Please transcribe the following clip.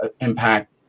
impact